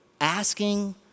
asking